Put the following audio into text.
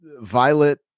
Violet